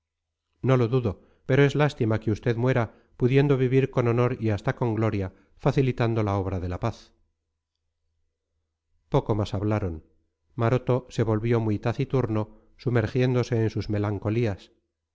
no lo dudo pero es lástima que usted muera pudiendo vivir con honor y hasta con gloria facilitando la obra de la paz poco más hablaron maroto se volvió muy taciturno sumergiéndose en sus melancolías